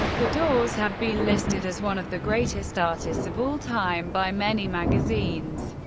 the doors have been listed as one of the greatest artists of all time by many magazines,